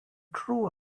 true